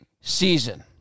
season